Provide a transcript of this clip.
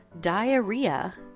diarrhea